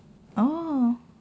oh